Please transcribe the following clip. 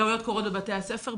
טעויות קורות בבתי הספר,